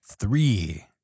Three